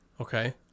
Okay